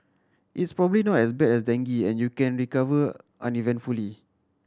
it's probably not as bad as dengue and you can recover uneventfully